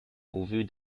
pourvue